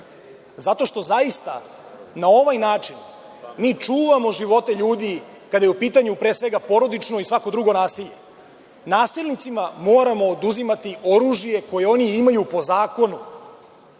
zato što zaista na ovaj način mi čuvamo živote ljudi kada je u pitanju, pre svega, porodično i svako drugo nasilje. Nasilnicima moramo oduzimati oružje koje oni imaju po zakonu,